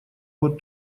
вот